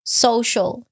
social